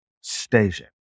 station